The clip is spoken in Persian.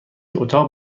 اتاق